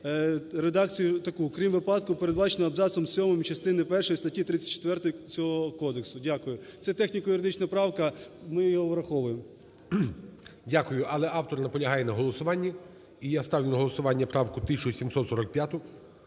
редакцію таку: "Крім випадку, передбаченого абзацом сьомим частини першої статті 34 цього кодексу". Дякую. Це техніко-юридична правка, ми його враховуємо. ГОЛОВУЮЧИЙ. Дякую. Але автор наполягає на голосуванні і я ставлю на голосування правку 1745.